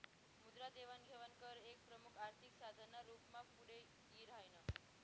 मुद्रा देवाण घेवाण कर एक प्रमुख आर्थिक साधन ना रूप मा पुढे यी राह्यनं